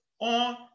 on